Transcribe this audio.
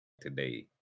today